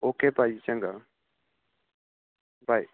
okay ਭਾਅ ਜੀ ਚੰਗਾ ਬਾਏ